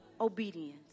obedience